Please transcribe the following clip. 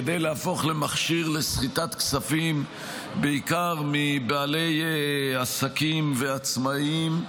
כדי להפוך למכשיר לסחיטת כספים בעיקר מבעלי עסקים ומעצמאים,